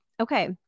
Okay